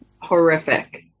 Horrific